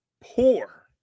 poor